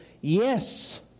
yes